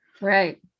Right